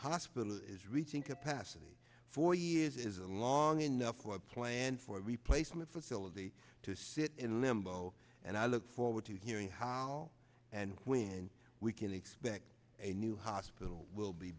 hospital is reaching capacity four years isn't long enough for a plan for a replacement facility to sit in limbo and i look forward to hearing how and when we can expect a new hospital will be